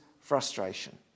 frustration